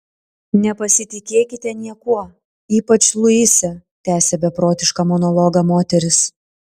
nepasitikėkite niekuo ypač luise tęsė beprotišką monologą moteris